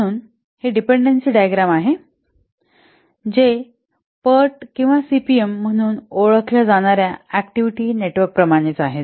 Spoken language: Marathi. म्हणून हे डिपेंडेंसी डायग्राम आहे जे पीईआरटी किंवा सीपीएम म्हणून ओळखल्या जाणार्या अॅक्टिव्हिटी नेटवर्क प्रमाणेच आहेत